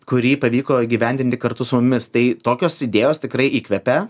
kurį pavyko įgyvendinti kartu su mumis tai tokios idėjos tikrai įkvepia